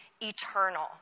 eternal